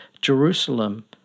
Jerusalem